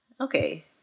okay